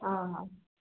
ଅହ